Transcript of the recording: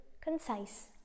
concise